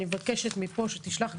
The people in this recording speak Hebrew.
אני מבקשת מפה שתשלח,